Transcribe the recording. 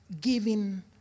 giving